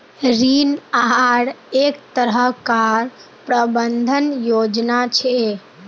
ऋण आहार एक तरह कार प्रबंधन योजना छे